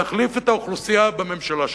תחליף את האוכלוסייה בממשלה שלך.